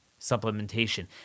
supplementation